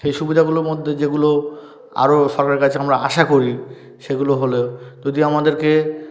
সেই সুবিধাগুলোর মধ্যে যেগুলো আরও সরকারের কাছে আমরা আশা করি সেগুলো হলে যদি আমাদেরকে